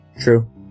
True